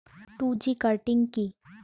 Two G cutting কি?